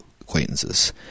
acquaintances